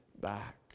back